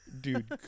Dude